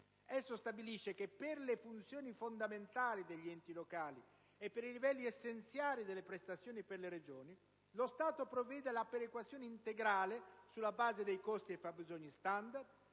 Esso stabilisce che per le funzioni fondamentali degli enti locali e per i livelli essenziali delle prestazioni per le Regioni, lo Stato provvede alla perequazione integrale sulla base dei costi e fabbisogni standard,